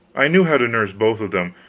i knew how to nurse both of them,